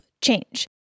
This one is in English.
change